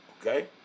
Okay